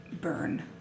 burn